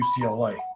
UCLA